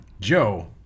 joe